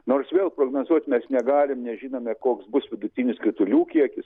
nors vėl prognozuot mes negalim nežinome koks bus vidutinis kritulių kiekis